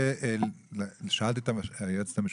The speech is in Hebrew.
שאלתי את היועצת המשפטית.